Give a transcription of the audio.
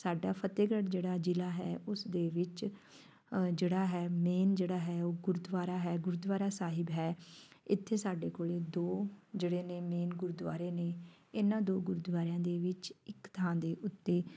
ਸਾਡਾ ਫਤਿਹਗੜ੍ਹ ਜਿਹੜਾ ਜ਼ਿਲ੍ਹਾ ਹੈ ਉਸ ਦੇ ਵਿੱਚ ਜਿਹੜਾ ਹੈ ਮੇਨ ਜਿਹੜਾ ਹੈ ਉਹ ਗੁਰਦੁਆਰਾ ਹੈ ਗੁਰਦੁਆਰਾ ਸਾਹਿਬ ਹੈ ਇੱਥੇ ਸਾਡੇ ਕੋਲ ਦੋ ਜਿਹੜੇ ਨੇ ਮੇਨ ਗੁਰਦੁਆਰੇ ਨੇ ਇਹਨਾਂ ਦੋ ਗੁਰਦੁਆਰਿਆਂ ਦੇ ਵਿੱਚ ਇੱਕ ਥਾਂ ਦੇ ਉੱਤੇ